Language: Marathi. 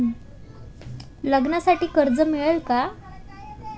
लग्नासाठी कर्ज मिळेल का?